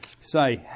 say